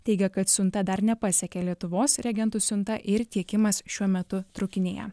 teigė kad siunta dar nepasiekė lietuvos reagentų siunta ir tiekimas šiuo metu trūkinėja